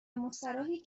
مستراحی